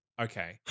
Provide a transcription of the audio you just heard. Okay